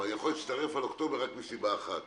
אני יכול להצטרף לאוקטובר רק מסיבה אחת